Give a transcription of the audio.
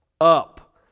Up